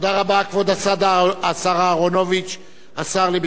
השר לביטחון פנים, ישיב ויביע את עמדת הממשלה.